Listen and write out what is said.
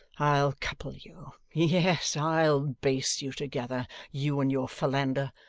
i'll couple you. yes, i'll baste you together, you and your philander.